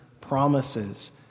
promises